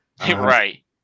Right